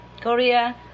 Korea